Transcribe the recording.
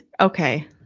Okay